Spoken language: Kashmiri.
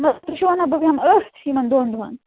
تُہۍ چھُو وَنان بہٕ بیٚہمہٕ ٲتھۍ یِمن دۄن دۄہن